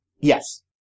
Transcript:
Yes